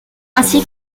ainsi